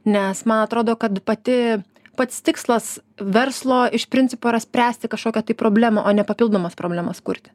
nes man atrodo kad pati pats tikslas verslo iš principo yra spręsti kažkokią problemą o ne papildomas problemas kurti